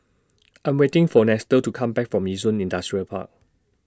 I Am waiting For Nestor to Come Back from Yishun Industrial Park